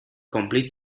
complete